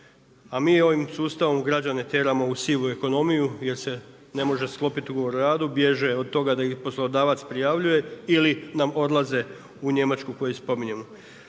a mi ovim sustavom građane tjeramo u sivu ekonomiju, jer se ne može sklopiti ugovor o radu, bježe od toga da ih poslodavac prijavljuje ili nam odlaze u Njemačku koju spominjemo.